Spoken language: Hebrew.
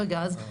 וגז.